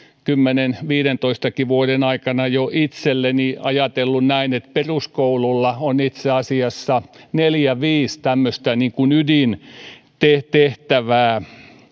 kymmenen viidentoistakin vuoden aikana jo itsekseni ajatellut näin että peruskoululla on itse asiassa neljä viisi tämmöistä ydintehtävää